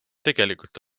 tegelikult